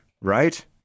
right